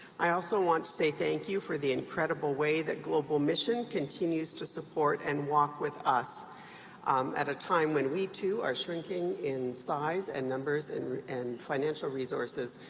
i also want to say thank you for the incredible way that global mission continues to support and walk with us at a time when we too are shrinking in size and numbers, and and financial resources.